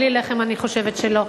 בלי לחם אני חושבת שלא.